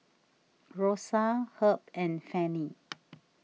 Rosa Herb and Fannie